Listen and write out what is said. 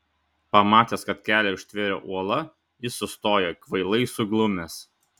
pamatęs kad kelią užtvėrė uola jis sustojo kvailai suglumęs